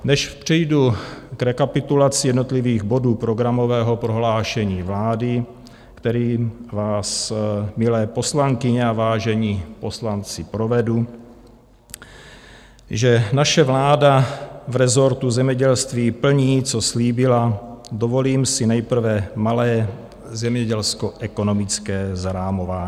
Než přejdu k rekapitulaci jednotlivých bodů programového prohlášení vlády, kterým vás, milé poslankyně a vážení poslanci, provedu, že naše vláda v rezortu zemědělství plní, co slíbila, dovolím si nejprve malé zemědělskoekonomické zarámování.